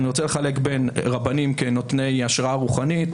אני רוצה לחלק בין רבנים כנותני השראה רוחנית,